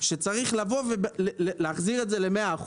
שצריך לבוא ולהחזיר את זה ל-100%.